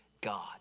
God